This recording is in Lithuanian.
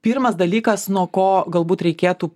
pirmas dalykas nuo ko galbūt reikėtų